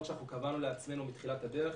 שאנחנו קבענו לעצמנו בתחילת הדרך.